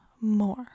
more